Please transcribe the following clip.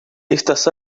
estas